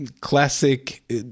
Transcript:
classic